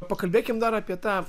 pakalbėkim dar apie tą